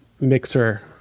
mixer